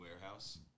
warehouse